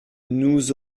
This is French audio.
nous